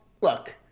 look